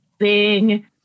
sing